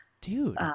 Dude